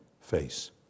face